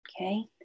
Okay